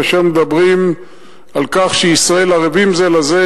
כאשר מדברים על כך שישראל ערבים זה לזה,